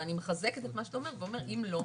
אבל אני מחזקת את מה שאתה אומר ואומרת אם לא,